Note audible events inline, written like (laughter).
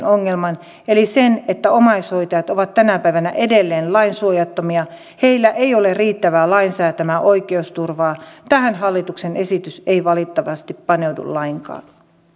(unintelligible) ongelman eli sen että omaishoitajat ovat tänä päivänä edelleen lainsuojattomia heillä ei ole riittävää lain säätämää oikeusturvaa tähän hallituksen esitys ei valitettavasti paneudu lainkaan